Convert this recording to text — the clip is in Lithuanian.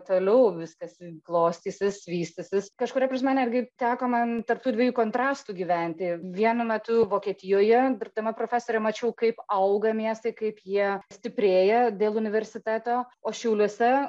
toliau viskas klostysis vystysis kažkuria prasme netgi teko man tarp tų dviejų kontrastų gyventi vienu metu vokietijoje dirbdama profesore mačiau kaip auga miestai kaip jie stiprėja dėl universiteto o šiauliuose